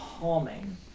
calming